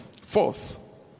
Fourth